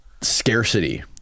scarcity